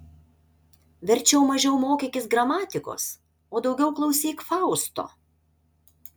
verčiau mažiau mokykis gramatikos o daugiau klausyk fausto